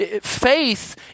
Faith